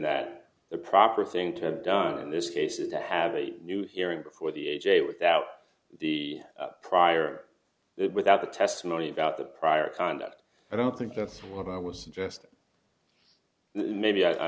that the proper thing to have done in this case is to have a new hearing before the a j without the prior without the testimony about the prior conduct i don't think that's what i was suggesting maybe i